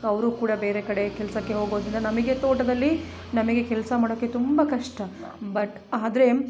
ಅವರು ಕೂಡ ಬೇರೆ ಕಡೆ ಕೆಲಸಕ್ಕೆ ಹೋಗೋದರಿಂದ ನಮಗೆ ತೋಟದಲ್ಲಿ ನಮಗೆ ಕೆಲಸ ಮಾಡೋಕೆ ತುಂಬ ಕಷ್ಟ ಬಟ್ ಆದರೆ